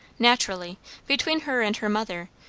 naturally between her and her mother,